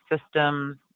systems